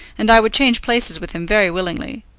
and i would change places with him very willingly.